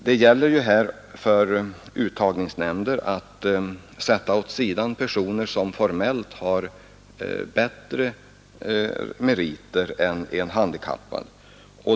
Det gäller ju här för uttagningsnämnder att sätta åt sidan personer som formellt har bättre meriter än en handikappad.